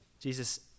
Jesus